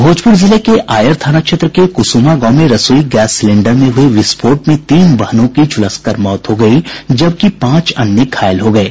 भोजपुर जिले के आयर थाना क्षेत्र के कुसुमा गांव में रसोई गैस सिलेंडर में हुए विस्फोट में तीन बहनों की झुलस कर मौत हो गयी जबकि पांच अन्य घायल हो गये